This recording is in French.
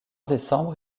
décembre